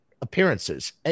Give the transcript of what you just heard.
appearances